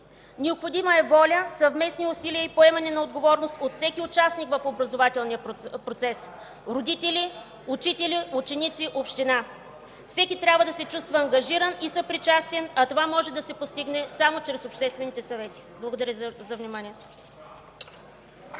Необходима е воля, съвместни усилия и поемане на отговорност от всеки участник в образователния процес – родители, учители, ученици, община. Всеки трябва да се чувства ангажиран и съпричастен, а това може да се постигне само чрез Обществените съвети. Благодаря за вниманието.